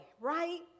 right